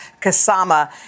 Kasama